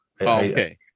okay